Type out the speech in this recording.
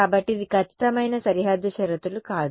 కాబట్టి ఇది ఖచ్చితమైన సరిహద్దు షరతులు కాదు